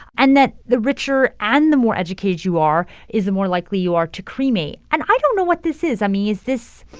and that the richer and the more educated you are is the more likely you are to cremate. and i don't know what this is. i mean, is this,